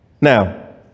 Now